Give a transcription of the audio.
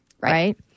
right